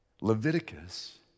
leviticus